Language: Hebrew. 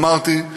אמרתי,